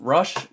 Rush